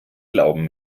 glauben